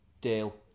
Deal